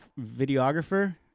videographer